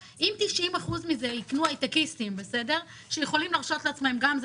90% מזה ישכרו הייטקיסטים שיכולים להרשות לעצמם גם את